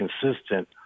consistent